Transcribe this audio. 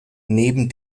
neben